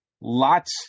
Lots